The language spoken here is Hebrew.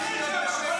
מי זה?